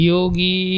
Yogi